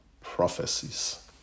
prophecies